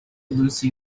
lucy